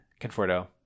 Conforto